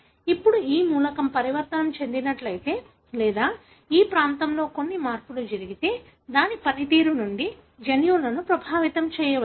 ఇప్పుడు ఈ మూలకం పరివర్తన చెందినట్లయితే లేదా ఈ ప్రాంతంలో కొన్ని మార్పులు జరిగితే దాని పనితీరు నుండి జన్యువును ప్రభావితం చేయవచ్చు